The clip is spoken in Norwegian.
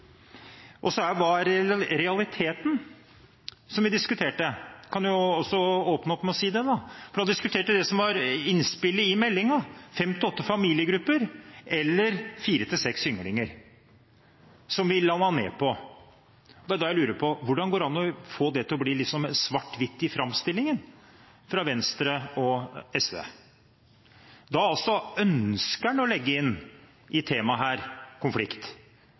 realiteten vi diskuterte – jeg kan jo åpne opp med å si det – som var innspillet i meldingen, var fem til åtte familiegrupper eller fire til seks ynglinger, som vi landet på. Da lurer jeg på: Hvordan går det an å få det til å bli svart-hvitt i framstillingen fra Venstre og SV? Da ønsker man å legge inn konflikt i